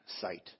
sight